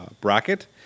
bracket